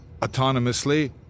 autonomously